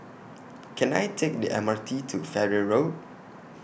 Can I Take The M R T to Farrer Road